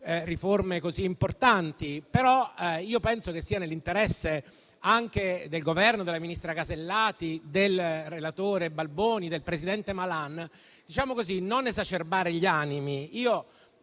riforme così importanti. Penso che sia nell'interesse anche del Governo, della ministra Alberti Casellati, del relatore Balboni e del presidente Malan non esacerbare gli animi. Sia